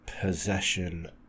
possession